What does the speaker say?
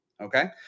okay